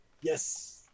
Yes